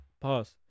Pause